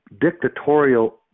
dictatorial